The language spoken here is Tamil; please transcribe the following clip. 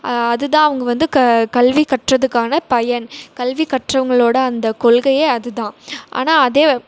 அது தான் அவங்க வந்து கல்வி கற்றத்துக்கான பயன் கல்வி கற்றவங்களோடய அந்த கொள்கையே அது தான் ஆனால் அதே